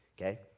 okay